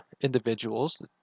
individuals